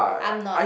I'm not